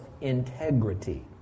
integrity